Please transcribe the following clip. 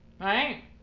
Right